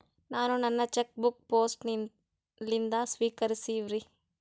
ನಾನು ನನ್ನ cheque book post ಲಿಂದ ಸ್ವೀಕರಿಸಿವ್ರಿ